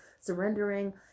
surrendering